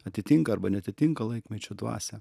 atitinka arba neatitinka laikmečio dvasią